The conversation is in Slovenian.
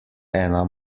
ena